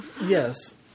Yes